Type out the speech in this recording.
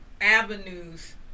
avenues